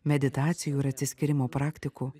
meditacijų ir atsiskyrimo praktikų